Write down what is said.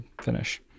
finish